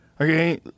okay